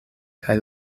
kaj